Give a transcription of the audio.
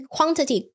Quantity